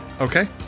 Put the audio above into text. Okay